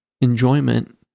enjoyment